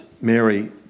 Mary